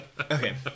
Okay